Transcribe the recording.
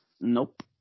Nope